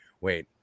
Wait